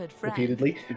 repeatedly